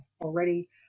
already